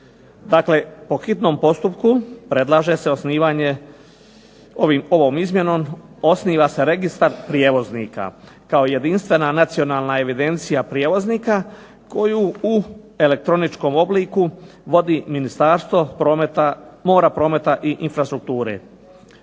Dakle, po hitnom postupku predlaže se osnivanje ovom izmjenom, osniva se registar prijevoznika kao jedinstvena nacionalna evidencija prijevoznika koju u elektroničkom obliku vodi Ministarstvo mora, prometa i infrastrukture.